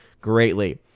greatly